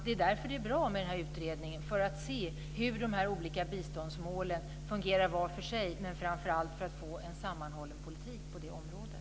Det är därför det är bra med den här utredningen, för att undersöka hur de här olika biståndsmålen fungerar var för sig, men framför allt för att få en sammanhållen politik på det området.